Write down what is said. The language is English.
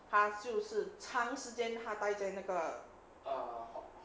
他就是长时间他待在那个